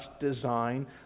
design